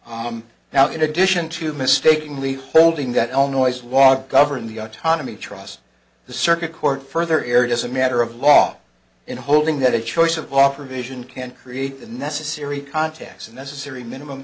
trust now in addition to mistakenly holding that all noise walk govern the autonomy trust the circuit court further erred as a matter of law in holding that a choice of operation can create the necessary contacts and necessary minimum